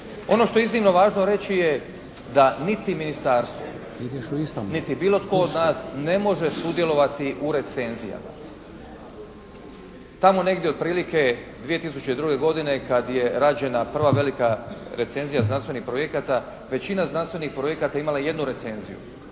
Ono što je iznimno važno reći je da niti ministarstvo, niti bilo tko od nas ne može sudjelovati u recenzijama. Tamo negdje otprilike 2002. godine kad je rađena prva velika recenzija znanstvenih projekata većina znanstvenih projekata imala je jednu recenziju.